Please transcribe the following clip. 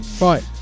Right